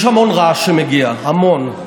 יש המון רעש שמגיע, המון.